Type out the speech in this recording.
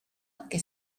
que